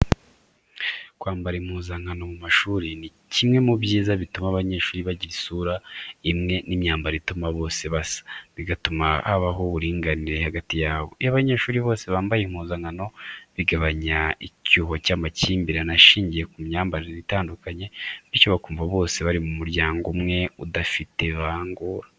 Kwambara impuzankano mu mashuri ni kimwe mu byiza bituma abanyeshuri bagira isura imwe n’imyambaro ituma bose basa, bigatuma habaho uburinganire hagati yabo. Iyo abanyeshuri bose bambaye impuzankano, bigabanya icyuho cy’amakimbirane ashingiye ku myambarire itandukanye, bityo bakumva bose bari mu muryango umwe udafite ivangura.